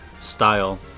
style